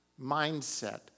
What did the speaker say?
mindset